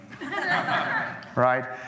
Right